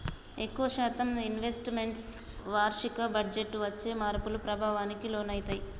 ఎక్కువ శాతం investments వార్షిక బడ్జెట్టు వచ్చే మార్పుల ప్రభావానికి లోనయితయ్యి